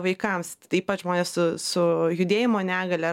vaikams ypač žmonės su su judėjimo negalia